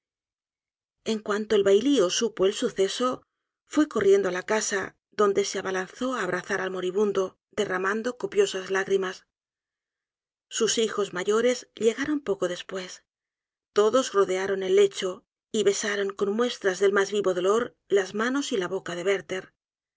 en cuanto el bailío supo el suceso fue corriendo á la casa donde se abalanzó á abrazar al moribundo derramando copiosas lágrimas sus hijos mayores llegaron poco después todos rodearon el lecho y besaron con muestras del mas vivo dolor las manos y la boca de werther